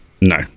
No